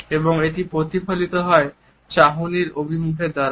এবং এটি প্রতিফলিত হয় চাহনির অভিমুখের দাঁড়া